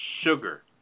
sugar